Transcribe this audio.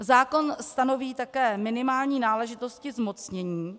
Zákon stanoví také minimální náležitosti zmocnění.